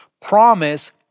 promise